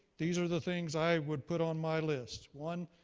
these are the things i would put on my list. one,